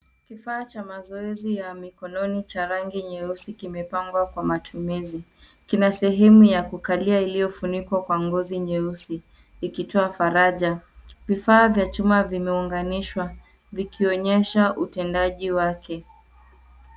Kifaaa cha mazoezi ya mikononi cha rangi nyeusi kimepangwa kwa matumizi. Kina sehemu ya kukalia iliyofunikwa kwa ngozi nyeusi ikitoa faraja. Vifaa vya chuma vimeunganishwa vikionyesha utendaji wake.